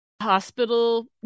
hospital